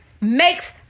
makes